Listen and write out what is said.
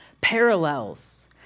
parallels